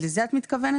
לזה את מתכוונת?